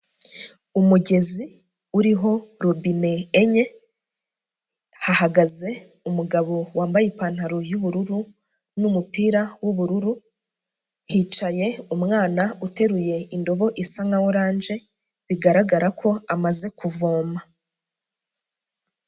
Umugezi uriho robine enye hahagaze umugabo wambaye ipantaro y'ubururu n'umupira w'ubururu, hicaye umwana uteruye indobo isa nka oranje, bigaragara ko amaze kuvoma.